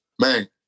man